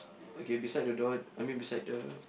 okay beside the door I mean beside the